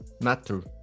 matter